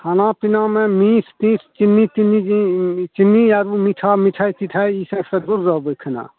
खाना पिनामे मीठ तीठ चिन्नी तिन्नी चिन्नी आओर मीठा मिठाइ तिठाइ ई सबसे दूर रहबै खाना